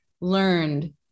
learned